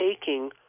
taking